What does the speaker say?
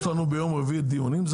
יש לנו ביום רביעי דיונים,